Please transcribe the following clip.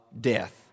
death